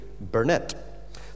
Burnett